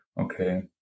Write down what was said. Okay